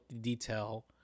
detail